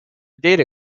data